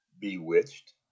Bewitched